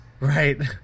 Right